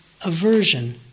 aversion